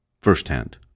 firsthand